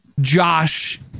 Josh